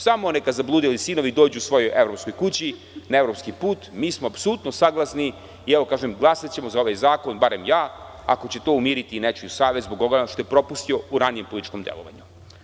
Samo neka zabludeli sinovi dođu svojoj evropskoj kući, na evropski put, mi smo apsolutno saglasni i glasaćemo za ovaj zakon, barem ja, ako će to umiriti nečiju savest zbog onoga što je propustio u ranijem političkom delovanju.